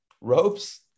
ropes